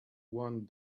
one